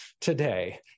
today